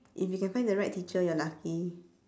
if you can find the right teacher you're lucky